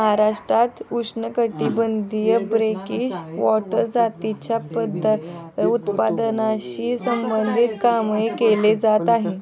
महाराष्ट्रात उष्णकटिबंधीय brackish water प्रजातींच्या उत्पादनाशी संबंधित कामही केले जात आहे